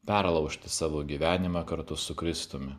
perlaužti savo gyvenimą kartu su kristumi